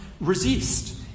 resist